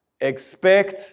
Expect